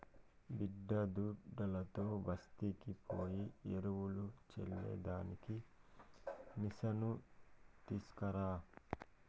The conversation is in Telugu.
బిడ్డాదుడ్డుతో బస్తీకి పోయి ఎరువులు చల్లే దానికి మిసను తీస్కరా